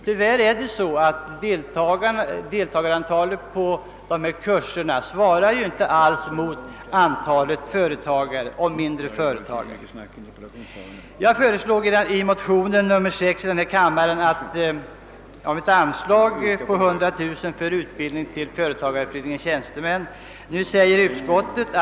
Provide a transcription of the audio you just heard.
Tyvärr svarar inte deltagarantalet vid dessa kurser mot antalet mindre företagare. Jag föreslog i motionen nr 6 i denna kammare ett anslag på 100 000 kronor till företagareföreningens tjänstemän för utbildning.